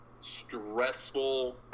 stressful